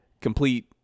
complete